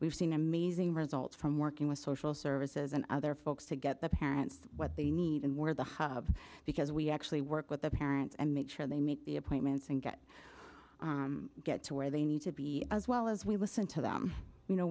we've seen amazing results from working with social services and other folks to get the parents what they need and more the hub because we actually work with the parents and make sure they meet the appointments and get get to where they need to be as well as we listen to them you know